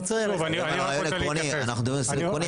הרעיון עקרוני, אנחנו מדברים על סיכונים.